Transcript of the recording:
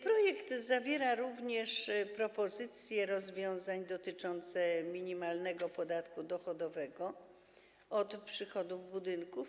Projekt zawiera również propozycje rozwiązań dotyczących minimalnego podatku dochodowego od przychodów z budynków.